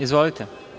Izvolite.